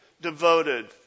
devoted